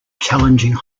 challenging